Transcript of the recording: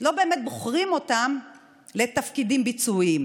לא באמת בוחרים אותן לתפקידים ביצועיים.